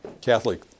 Catholic